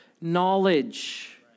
knowledge